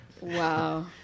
wow